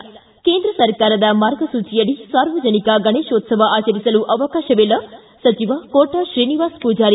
ಿ ಕೇಂದ್ರ ಸರ್ಕಾರದ ಮಾರ್ಗಸೂಚಿಯಡಿ ಸಾರ್ವಜನಿಕ ಗಣೇಶೋತ್ಸವ ಆಚರಿಸಲು ಅವಕಾಶವಿಲ್ಲ ಸಚಿವ ಕೋಟಾ ಶ್ರೀನಿವಾಸ ಪೂಜಾರಿ